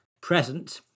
present